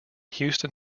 houston